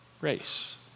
race